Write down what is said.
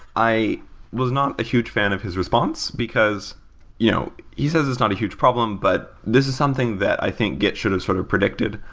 i was not a huge fan of his response, because you know he says it's not a huge problem, but this is something that i think git should have sort of predicted.